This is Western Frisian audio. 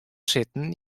sitten